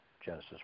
Genesis